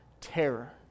terror